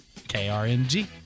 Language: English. KRMG